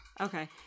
okay